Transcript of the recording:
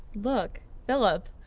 look philip,